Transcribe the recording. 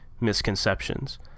Misconceptions